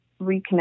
reconnect